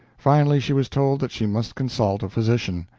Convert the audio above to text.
finally she was told that she must consult a physician.